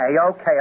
okay